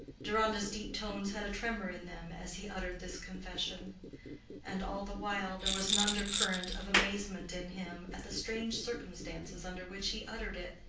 deronda's deep tones had a tremor in them as he uttered this confession and all the while there was an undercurrent of amazement in him at the strange circumstances under which he uttered it.